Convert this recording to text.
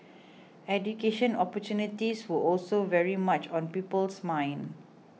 education opportunities were also very much on people's minds